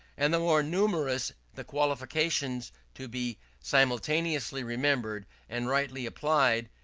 and the more numerous the qualifications to be simultaneously remembered and rightly applied,